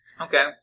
Okay